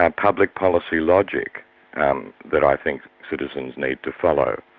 ah public policy logic and um that i think citizens need to follow.